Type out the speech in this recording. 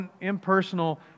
impersonal